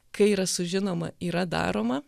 kai yra sužinoma yra daroma